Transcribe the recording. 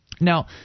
Now